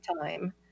time